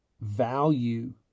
value